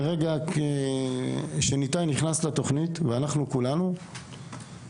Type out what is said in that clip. מרגע הכניסה של ניתאי לתוכנית ואנחנו כולנו יחד איתו,